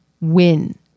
win